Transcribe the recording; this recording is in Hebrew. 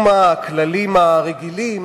16. הצעת החוק לא התקבלה.